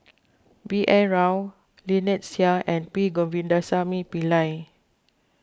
B N Rao Lynnette Seah and P Govindasamy Pillai